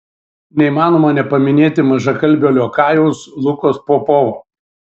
neįmanoma nepaminėti mažakalbio liokajaus lukos popovo